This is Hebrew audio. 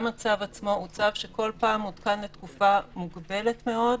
גם הצו עצמו הוא צו שכל פעם עודכן לתקופה מוגבלת מאוד,